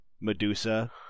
Medusa